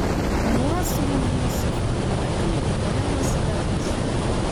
nuosrūviui suformuoti naudojamos venos